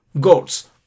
goats